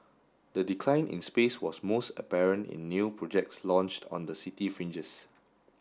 the decline in space was most apparent in new projects launched on the city fringes